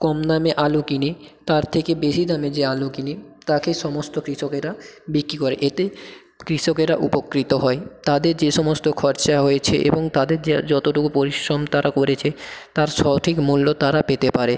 কম দামে আলু কিনে তার থেকে বেশি দামে যে আলু কিনে তাকে সমস্ত কৃষকেরা বিক্রি করে এতে কৃষকেরা উপকৃত হয় তাদের যে সমস্ত খরচা হয়েছে এবং তাদের যার যতোটুকু পরিশ্রম তারা করেছে তার সঠিক মূল্য তারা পেতে পারে